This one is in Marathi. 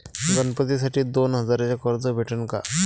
गणपतीसाठी दोन हजाराचे कर्ज भेटन का?